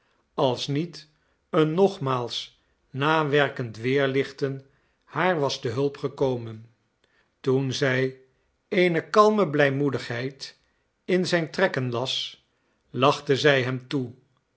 als niet een nogmaals nawerkend weerlichten haar was te hulp gekomen toen zij eene kalme blijmoedigheid in zijn trekken las lachte zij hem toe